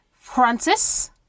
Francis